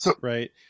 right